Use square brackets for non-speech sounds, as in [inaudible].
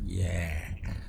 ya [noise]